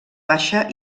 baixa